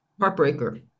Heartbreaker